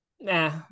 nah